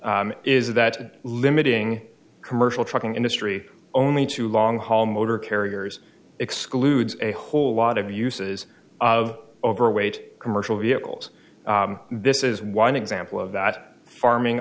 is that limiting commercial trucking industry only to long haul motor carriers excludes a whole lot of the uses of overweight commercial vehicles this is one example of that farming